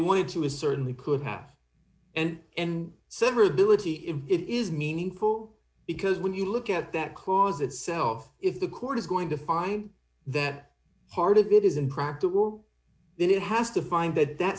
wanted to is certainly could have and and severability if it is meaningful because when you look at that clause itself if the court is going to find that part of it is impractical then it has to find that that